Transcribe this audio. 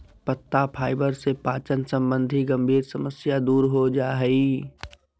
पत्ता फाइबर से पाचन संबंधी गंभीर समस्या दूर हो जा हइ